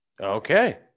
Okay